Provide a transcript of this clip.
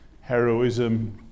heroism